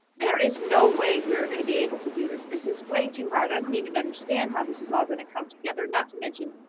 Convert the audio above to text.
there is no way we are gonna be able to do this. this is way too hard. i don't even understand how this is all gonna come together. not to mention,